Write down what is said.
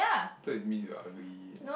thought is means you ugly